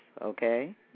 Okay